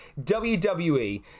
WWE